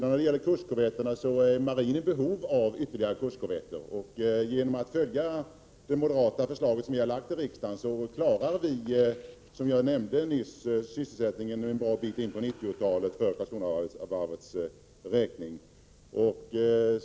När det gäller kustkorvetterna vill jag säga att marinen är i behov av ytterligare kustkorvetter. Genom att följa det förslag som vi moderater har lagt fram i riksdagen klarar vi, som jag nämnde nyss, sysselsättningen en bra bit in på 90-talet för Karlskronavarvets räkning. Prot.